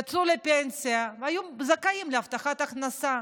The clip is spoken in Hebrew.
יצאו לפנסיה והיו זכאים להבטחת הכנסה.